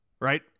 Right